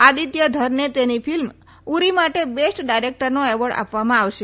આદિત્ય ધરને તેમની પ્રથમ ફિલ્મ ઉરી માટે બેસ્ટ ડાયરેક્ટરનો એવોર્ડ આપવામાં આવશે